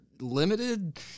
limited